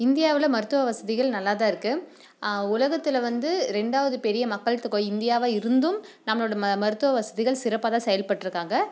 இந்தியாவில் மருத்துவ வசதிகள் நல்லாதான் இருக்குது உலகத்தில் வந்து ரெண்டாவது பெரிய மக்கள்தொகை இந்தியாவாக இருந்தும் நம்பளோடய ம மருத்துவ வசதிகள் சிறப்பாகதான் செயல்பட்டிருக்காங்க